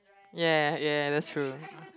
ya ya that's true